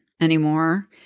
anymore